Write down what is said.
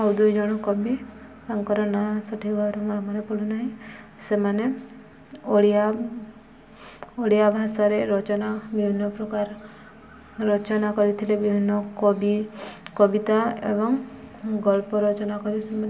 ଆଉ ଦୁଇ ଜଣ କବି ତାଙ୍କର ନାଁ ସଠିକ୍ ଭାବରେ ମନ ମନେ ପଡ଼ୁନାହିଁ ସେମାନେ ଓଡ଼ିଆ ଓଡ଼ିଆ ଭାଷାରେ ରଚନା ବିଭିନ୍ନ ପ୍ରକାର ରଚନା କରିଥିଲେ ବିଭିନ୍ନ କବି କବିତା ଏବଂ ଗଳ୍ପ ରଚନା କରିମାନେ